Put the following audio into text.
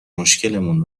مشکلمون